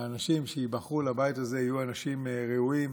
שהאנשים שייבחרו לבית הזה יהיו אנשים ראויים,